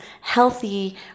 healthy